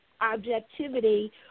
objectivity